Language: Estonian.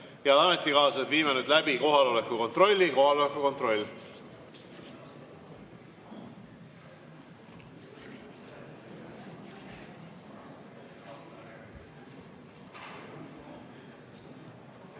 Head ametikaaslased, viime nüüd läbi kohaloleku kontrolli. Kohaloleku kontroll.